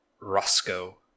roscoe